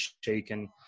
shaken